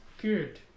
good